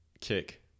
kick